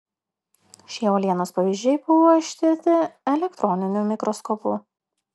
šie uolienos pavyzdžiai buvo ištirti elektroniniu mikroskopu